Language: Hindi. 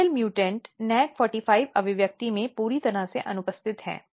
Apl म्यूटेंट NAC45 अभिव्यक्ति में पूरी तरह से अनुपस्थित है